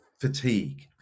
fatigue